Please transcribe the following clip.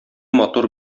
матур